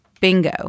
Bingo